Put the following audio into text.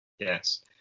Yes